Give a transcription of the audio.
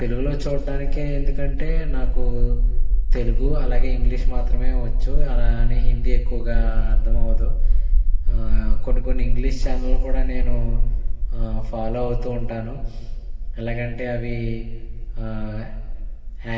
తెలుగులో చూడటానికి ఎందుకంటే నాకు తెలుగు అలాగే ఇంగ్లీష్ మాత్రమే వచ్చు అలా అని హిందీ ఎక్కువగా అర్థం అవదు కొన్ని కొన్ని ఇంగ్లీష్ ఛానల్లు కూడా నేను ఫాలో అవుతూ ఉంటాను ఎలాగా అంటే అవి